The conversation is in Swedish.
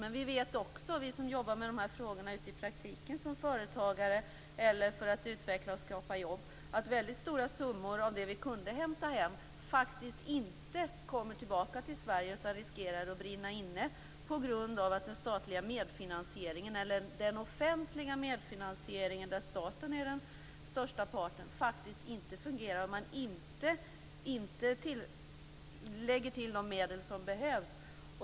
Men vi vet också - vi som arbetar med de här frågorna i praktiken som företagare, eller för att utveckla och skapa jobb - att väldigt stora summor av det vi kunde hämta hem inte kommer tillbaka till Sverige utan riskerar att frysa inne på grund av att den offentliga medfinansieringen, där staten är den största parten, inte fungerar och att man inte lägger till de medel som behövs.